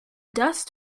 dust